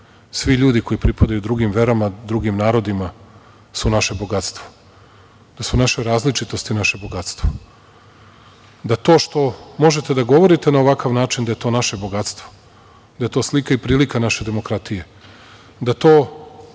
svi ljudi koji pripadaju drugim verama, drugim narodima su naše bogatstvo, da su naše različitosti naše bogatstvo, da to što možete da govorite na ovakav način je to naše bogatstvo, da je to slika i prilika naše demokratije, da to